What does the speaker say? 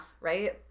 Right